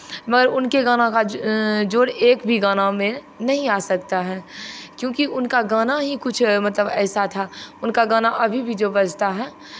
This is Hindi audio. मैं उनके गाना का जोड़ एक भी गाना में नहीं आ सकता है क्योंकि उनका गाना ही कुछ मतलब ऐसा था उनका गाना अभी भी जो बजता है